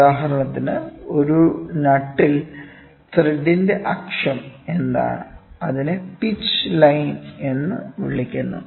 ഉദാഹരണത്തിന് ഒരു നട്ടിൽ ത്രെഡിന്റെ അക്ഷം എന്താണ് അതിനെ പിച്ച് ലൈൻ എന്ന് വിളിക്കുന്നു